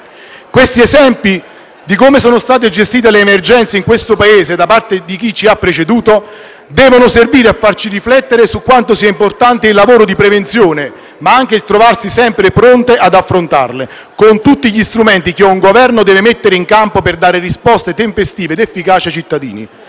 Gli esempi di come sono state gestite le emergenze in questo Paese da parte di chi ci ha preceduto, devono farci riflettere su quanto sia importante il lavoro di prevenzione, nonché la necessità di trovarsi sempre pronti ad affrontarle, con tutti gli strumenti che un Governo deve mettere in campo per dare risposte tempestive ed efficaci ai cittadini.